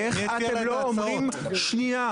איך אתם לא אומרים: שנייה,